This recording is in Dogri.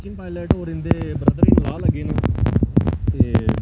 सचिन पायलेट होर इंदे बर्दर इन ला लग्गे न ते